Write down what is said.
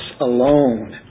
alone